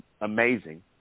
amazing